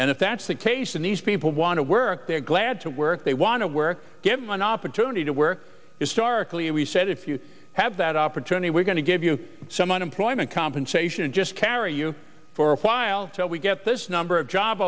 and if that's the case and these people want to work they're glad to work they want to work give them an opportunity to work is starkly we said if you have that opportunity we're going to give you some unemployment compensation and just carry you for a while till we get this number of job